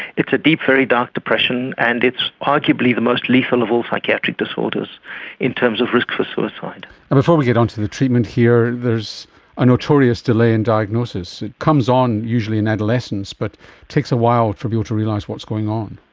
it's a deep, very dark depression and it's arguably the most lethal of all psychiatric disorders in terms of risks of suicide. and before we get onto the treatment here, there's a notorious delay in diagnosis. it comes on usually in adolescence but takes a while for people to realise what's going on.